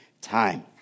time